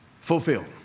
fulfilled